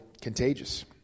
contagious